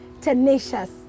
tenacious